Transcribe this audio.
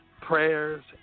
prayers